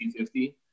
50